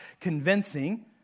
convincing